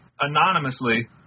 anonymously